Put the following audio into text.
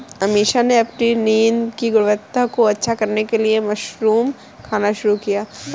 अमीषा ने अपनी नींद की गुणवत्ता को अच्छा करने के लिए मशरूम खाना शुरू किया